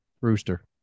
Rooster